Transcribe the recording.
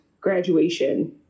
graduation